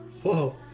Whoa